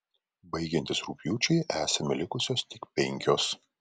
baigiantis rugpjūčiui esame likusios tik penkios